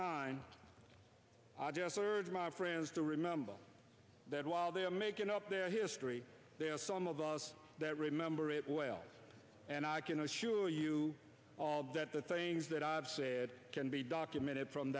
mind i just heard my friends to remember that while they are making up their history they are some of us that remember it well and i can assure you all that the things that i've said can be documented from